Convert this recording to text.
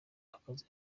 akazi